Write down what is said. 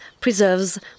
preserves